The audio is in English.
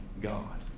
God